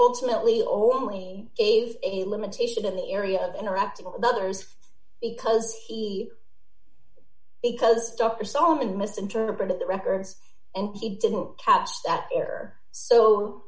ultimately only a limitation in the area of interacting with others because he because dr solomon misinterpreted the records and he didn't catch that or so